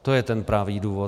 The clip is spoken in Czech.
To je ten pravý důvod.